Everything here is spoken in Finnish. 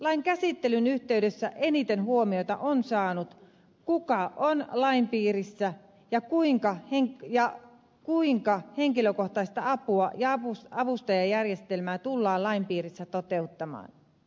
lain käsittelyn yhteydessä eniten huomiota on saanut se kuka on lain piirissä ja kuinka henkilökohtaista apua ja avustajajärjestelmää tullaan lain piirissä toteuttamaan